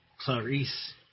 Clarice